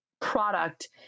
product